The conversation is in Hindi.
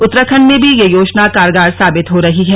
उत्तराखंड में भी यह योजना कारगर साबित हो रही है